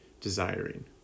desiring